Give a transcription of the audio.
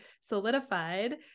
solidified